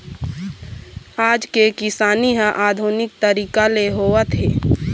आज के किसानी ह आधुनिक तरीका ले होवत हे